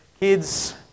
Kids